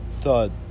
thud